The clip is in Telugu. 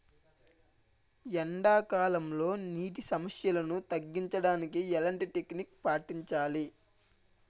ఎండా కాలంలో, నీటి సమస్యలను తగ్గించడానికి ఎలాంటి టెక్నిక్ పాటించాలి?